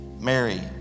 Mary